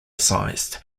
sized